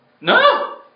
No